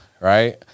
right